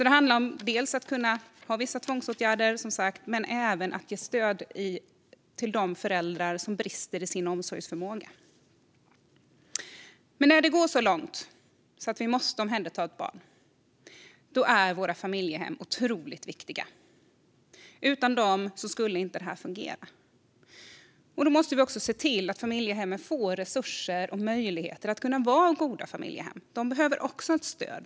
Det handlar som sagt om vissa tvångsåtgärder men även om att ge stöd till de föräldrar som brister i sin omsorgsförmåga. Men när det går så långt att vi måste omhänderta ett barn är våra familjehem otroligt viktiga. Utan dem skulle detta inte fungera. Då måste vi också se till att familjehemmen får resurser och möjligheter att vara goda familjehem. De behöver också ett stöd.